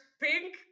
pink